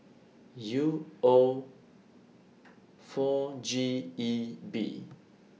U O four G E B